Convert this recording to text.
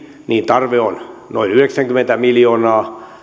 tarve on noin yhdeksänkymmentä miljoonaa